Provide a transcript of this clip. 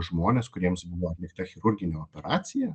žmonės kuriems buvo atlikta chirurginė operacija